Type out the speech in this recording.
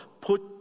put